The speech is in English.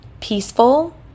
peaceful